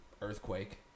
earthquake